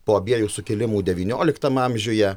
po abiejų sukilimų devynioliktam amžiuje